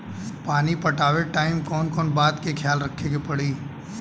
पानी पटावे टाइम कौन कौन बात के ख्याल रखे के पड़ी?